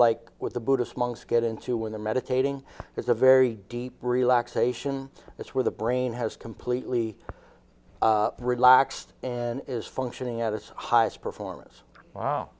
like what the buddhist monks get into when the meditating is a very deep relaxation it's where the brain has completely relaxed and is functioning at its highest performance wow